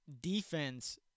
defense